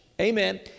Amen